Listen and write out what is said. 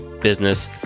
business